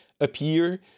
appear